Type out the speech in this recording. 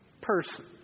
person